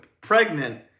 pregnant